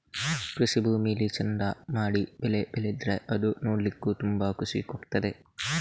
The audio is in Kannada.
ಕೃಷಿ ಭೂಮಿಲಿ ಚಂದ ಮಾಡಿ ಬೆಳೆ ಬೆಳೆದ್ರೆ ಅದು ನೋಡ್ಲಿಕ್ಕೂ ತುಂಬಾ ಖುಷಿ ಕೊಡ್ತದೆ